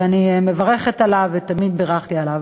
ואני מברכת עליו ותמיד בירכתי עליו.